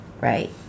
right